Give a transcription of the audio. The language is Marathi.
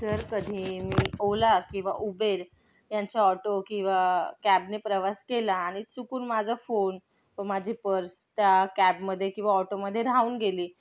जर कधी मी ओला किंवा उबेर यांच्या ऑटो किंवा कॅबने प्रवास केला आणि चुकून माझा फोन व माझी पर्स त्या कॅबमध्ये किंवा ऑटोमध्ये राहून गेली